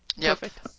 perfect